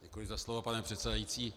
Děkuji za slovo, pane předsedající.